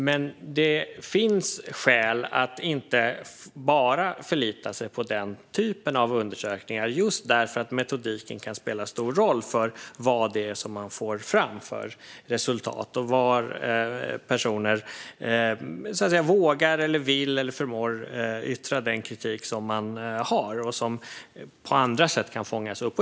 Men det finns skäl att inte bara förlita sig på den typen av undersökningar, just därför att metodiken kan spela stor roll för vilket resultat man får fram. Det handlar om ifall personer vågar, vill eller förmår yttra den kritik som man har och som på andra sätt kan fångas upp.